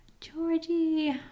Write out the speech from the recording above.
Georgie